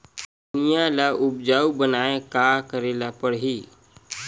भुइयां ल उपजाऊ बनाये का करे ल पड़ही?